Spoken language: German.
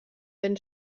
wenn